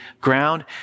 ground